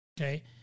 Okay